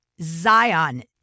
Zion